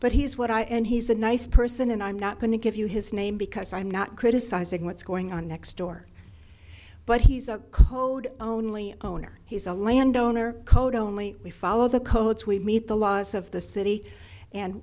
but he's what i and he's a nice person and i'm not going to give you his name because i'm not criticizing what's going on next door but he's a code only owner he's a landowner code only we follow the codes we meet the laws of the city and